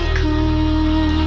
cool